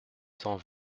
cent